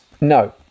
No